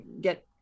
get